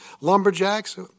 lumberjacks